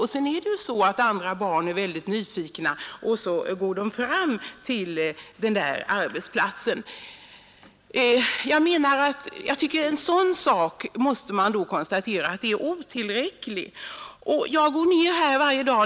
Dessutom är barn nyfikna och går gärna in på arbetsplatsen ändå. Man måste alltså konstatera att det inte räcker med att sätta upp ett sådant anslag.